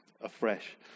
afresh